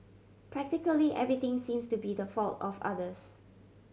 practically everything seems to be the fault of others